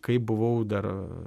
kai buvau dar